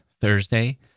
Thursday